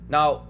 Now